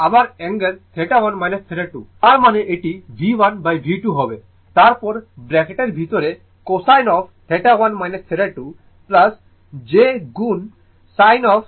এবং আবার অ্যাঙ্গেল θ1 θ2 তার মানে এটি V1V2 হবে তারপর ব্র্যাকেটের ভিতরে cosine of θ1 θ2 j গুণ sin of θ1 θ2